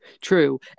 True